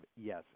yes